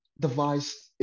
device